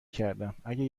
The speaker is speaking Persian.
کردم؟ اگه